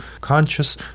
conscious